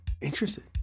interested